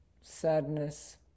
sadness